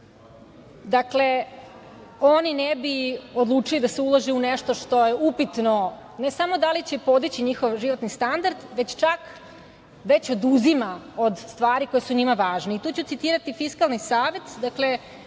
projekte. Oni ne bi odlučili da se ulaže u nešto što je upitno, ne samo da li će podići njihov životni standard, već čak, već oduzima od stvari koje su njima važne. Tu ću citirati Fiskalni savet. On